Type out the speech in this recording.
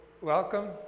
welcome